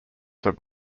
have